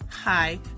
Hi